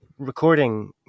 recording